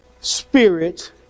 spirit